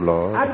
Lord